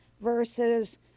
versus